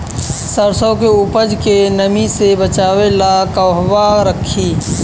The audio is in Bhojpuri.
सरसों के उपज के नमी से बचावे ला कहवा रखी?